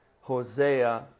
Hosea